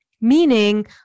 meaning